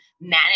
manage